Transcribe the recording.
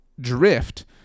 drift